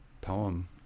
poem